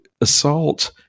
assault